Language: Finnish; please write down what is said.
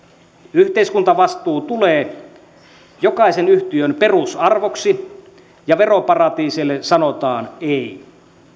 yhteiskuntavastuu tulee jokaisen yhtiön perusarvoksi ja veroparatiiseille sanotaan ei